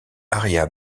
aria